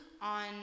on